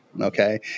okay